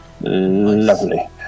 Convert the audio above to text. lovely